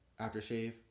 aftershave